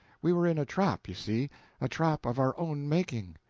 we were in a trap, you see a trap of our own making.